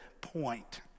point